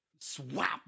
Swap